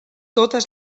totes